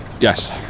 Yes